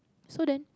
so then